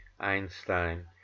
Einstein